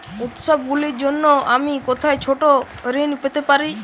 উত্সবগুলির জন্য আমি কোথায় ছোট ঋণ পেতে পারি?